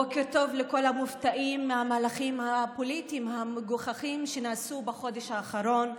בוקר טוב לכל המופתעים מהמהלכים הפוליטיים המגוחכים שנעשו בחודש האחרון,